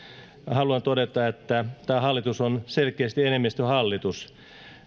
haluan todeta että tämä hallitus on selkeästi enemmistöhallitus